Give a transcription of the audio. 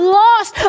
lost